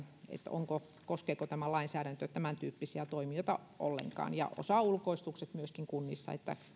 koskeeko tämä lainsäädäntö tämäntyyppisiä toimijoita ollenkaan tai myöskään osaulkoistuksia kunnissa